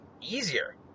easier